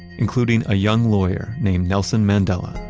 including a young lawyer named nelson mandela.